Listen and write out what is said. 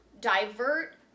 divert